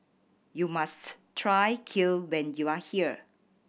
you must try Kheer when you are here